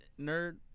Nerd